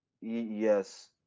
yes